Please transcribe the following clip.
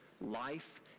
life